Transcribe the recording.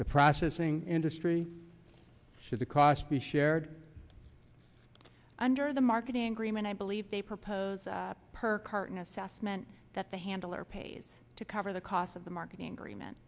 the processing industry to the cost be shared under the marketing agreement i believe they propose per carton assessment that the handler pays to cover the costs of the marketing agreement